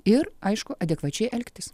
ir aišku adekvačiai elgtis